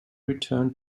return